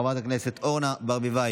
חברת הכנסת פנינה תמנו שטה,